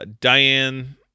Diane